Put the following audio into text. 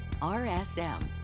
RSM